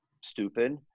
stupid